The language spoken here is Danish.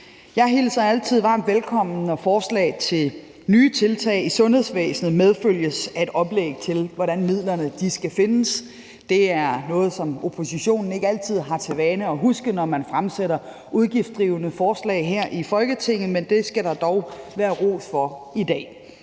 Jeg hilser det altid varmt velkommen, når forslag til nye tiltag i sundhedsvæsenet medfølges af et oplæg til, hvordan midlerne skal findes. Det er noget, som oppositionen ikke altid har for vane at huske, når man fremsætter udgiftsdrivende forslag her i Folketinget, men det skal der dog være ros for i dag.